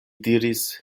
diris